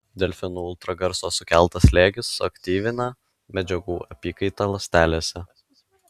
delfinų ultragarso sukeltas slėgis suaktyvina medžiagų apykaitą ląstelėse